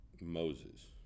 Moses